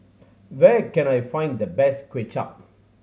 where can I find the best Kway Chap